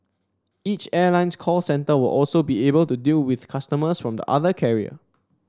each airline's call centre will also be able to deal with customers from the other carrier